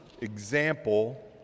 Example